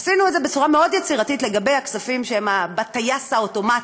עשינו את זה בצורה מאוד יצירתית לגבי הכספים שהם בטייס האוטומטי.